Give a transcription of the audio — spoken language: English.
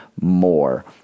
more